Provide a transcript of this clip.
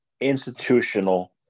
institutional